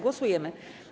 Głosujemy.